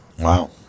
Wow